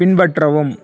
பின்பற்றவும்